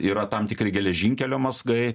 yra tam tikri geležinkelio mazgai